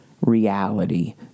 reality